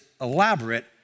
elaborate